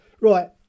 right